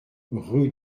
rue